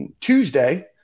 Tuesday